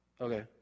Okay